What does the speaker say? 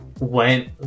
went